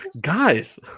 guys